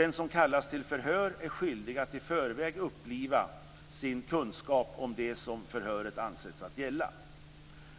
Den som kallas till förhör är skyldig att i förväg uppliva sin kunskap om det som förhöret angetts gälla.